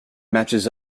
matches